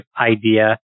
idea